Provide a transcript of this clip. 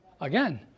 Again